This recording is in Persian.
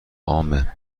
عامه